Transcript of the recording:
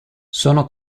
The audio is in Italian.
sono